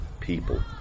people